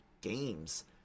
games